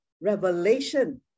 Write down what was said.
revelation